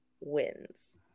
wins